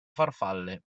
farfalle